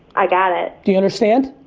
i got it. do you understand?